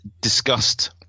discussed